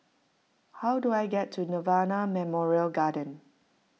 how do I get to Nirvana Memorial Garden